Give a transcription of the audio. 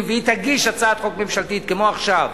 והיא תגיש הצעת חוק ממשלתית כמו עכשיו,